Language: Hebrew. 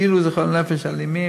כאילו זה חולי נפש אלימים,